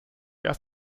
erst